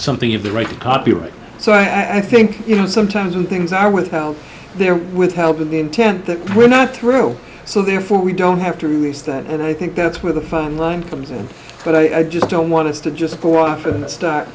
something of the right to copyright so i think you know sometimes when things are with out there without intent that we're not through so therefore we don't have to raise that and i think that's where the fine line comes in but i just don't want us to just go off and start